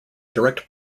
direct